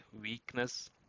weakness